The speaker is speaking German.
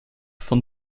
von